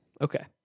Okay